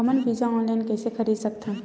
हमन बीजा ऑनलाइन कइसे खरीद सकथन?